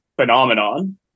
phenomenon